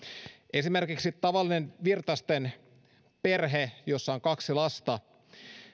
esimerkiksi tavallinen virtasten perhe jossa on kaksi lasta